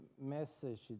message